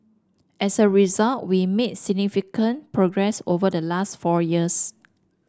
as a result we made significant progress over the last four years